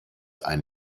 ein